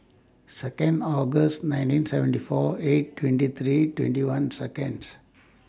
Second August nineteen seventy four eight twenty three twenty one Seconds